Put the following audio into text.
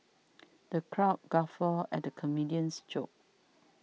the crowd guffawed at the comedian's jokes